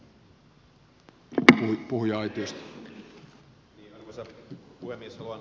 pyydän ottamaan puhuja aition